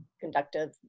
conductive